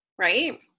Right